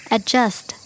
Adjust